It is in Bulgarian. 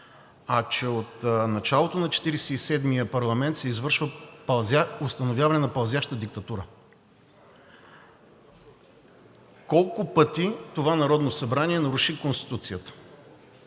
а че от началото на Четиридесет и седмия парламент се извършва установяване на пълзяща диктатура. Колко пъти това Народно събрание наруши Конституцията?